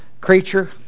creature